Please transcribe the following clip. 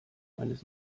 eines